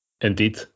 Indeed